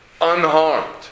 unharmed